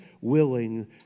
willing